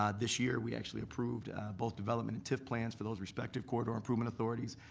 um this year we actually approved both development and tif plans for those respective corridor improvement authorities.